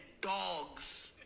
dogs